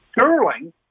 sterling